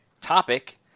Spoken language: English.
topic